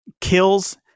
kills